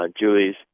Julie's